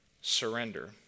surrender